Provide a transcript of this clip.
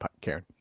Karen